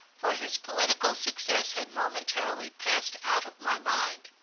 for his political success had momentarily passed out of my mind.